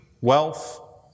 wealth